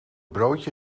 broodje